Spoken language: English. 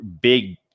big